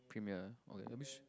premier okay let me sh~